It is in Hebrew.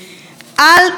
אל תעזו